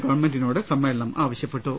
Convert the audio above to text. ഗവൺമെൻിനോട് സമ്മേളനം ആവശ്യപ്പെട്ടു